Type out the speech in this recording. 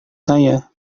saya